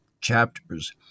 chapters